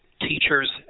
teachers